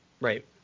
Right